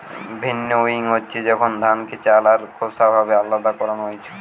ভিন্নউইং হচ্ছে যখন ধানকে চাল আর খোসা ভাবে আলদা করান হইছু